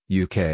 UK